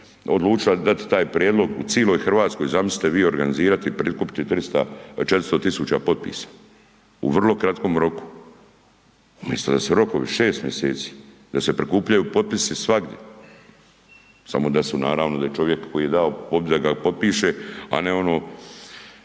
odlučila dati taj prijedlog u cijeloj Hrvatskoj zamislite vi organizirati i prikupiti 400 tisuća potpisa u vrlo kratkom roku. Umjesto da su rokovi 6 mjeseci, da se prikupljaju potpisi svagdje, samo da su naravno, da je čovjek koji je dao da ga potpiše a ne ono